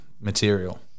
material